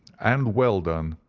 and well done.